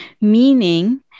meaning